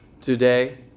today